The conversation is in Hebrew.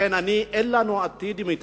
לכן, אין לנו עתיד עם ההתנחלויות.